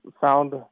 found